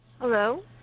Hello